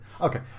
Okay